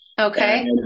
Okay